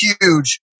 huge